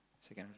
second